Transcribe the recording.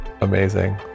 Amazing